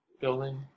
building